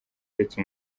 uretse